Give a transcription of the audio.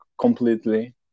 completely